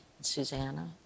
Susanna